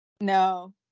No